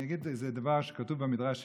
אני אגיד איזה דבר שכתוב במדרש שלנו,